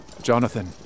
Jonathan